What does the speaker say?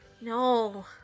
No